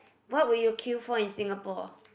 what will you queue for in Singapore